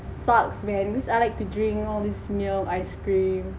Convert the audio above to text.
sucks man because I like to drink all this milk ice cream